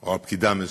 או על פקידה מסוימת,